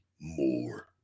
more